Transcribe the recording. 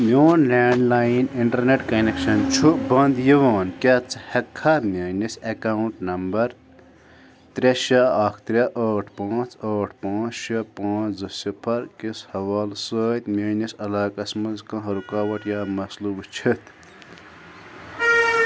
میون landline internet connection چھُ بنٛد یِوان کیٛاہ ژٕ ہٮ۪ککھا میٛٲنِس اٮ۪کاوُنٛٹ نمبر ترٛےٚ شےٚ اَکھ ترٛےٚ ٲٹھ پانٛژھ ٲٹھ پانٛژھ شےٚ پانٛژھ زٕ صِفَر کِس حوالہٕ سۭتۍ میٛٲنِس علاقس منٛز کانٛہہ رُکاوٹ یا مَسلہٕ وٕچھِتھ